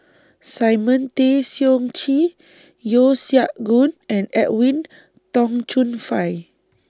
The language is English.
Simon Tay Seong Chee Yeo Siak Goon and Edwin Tong Chun Fai